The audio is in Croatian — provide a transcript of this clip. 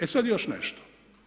E sada još nešto.